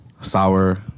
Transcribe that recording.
sour